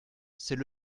c’est